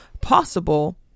possible